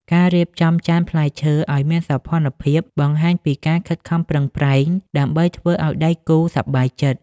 ការរៀបចំចានផ្លែឈើឱ្យមានសោភ័ណភាព បង្ហាញពីការខិតខំប្រឹងប្រែងដើម្បីធ្វើឱ្យដៃគូសប្បាយចិត្ត។